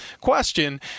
question